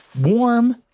warm